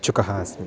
इच्छुकः अस्मि